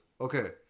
okay